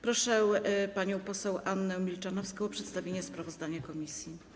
Proszę panią poseł Annę Milczanowską o przedstawienie sprawozdania komisji.